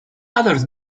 others